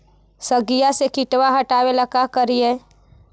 सगिया से किटवा हाटाबेला का कारिये?